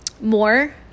more